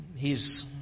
hes